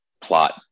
plot